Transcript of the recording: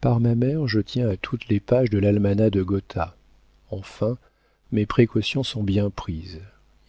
par ma mère je tiens à toutes les pages de l'almanach de gotha enfin mes précautions sont bien prises